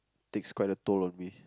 it takes quite a toll on me